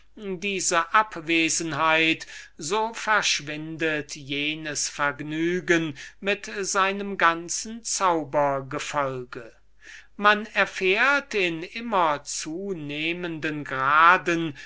diese abwesenheit so verschwindet jenes vergnügen mit seinem ganzen bezauberten gefolge man erfährt in immer zunehmenden graden